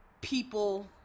people